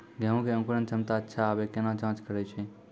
गेहूँ मे अंकुरन क्षमता अच्छा आबे केना जाँच करैय छै?